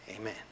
Amen